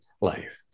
life